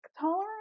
tolerance